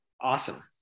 awesome